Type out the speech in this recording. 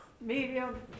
medium